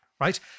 right